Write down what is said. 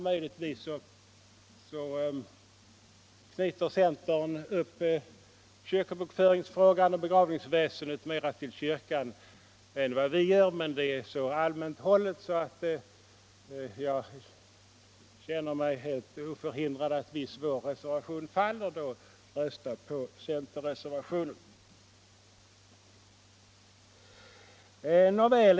Möjligen knyter centern kyrkobokföringen och begravningsväsendet mer till kyrkan än vad vi gör, men det är så allmänt hållet att jag känner mig helt oförhindrad att, om vår reservation faller, rösta på centerreservationen.